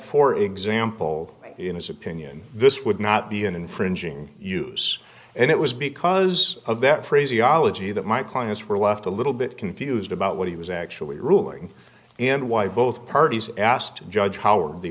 for example in his opinion this would not be an infringing use and it was because of that phraseology that my clients were left a little bit confused about what he was actually ruling and why both parties asked judge howard the